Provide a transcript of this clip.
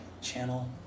channel